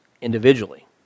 individually